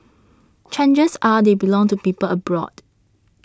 chances are they belong to people abroad